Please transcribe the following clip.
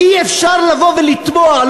אי-אפשר לבוא ולתבוע,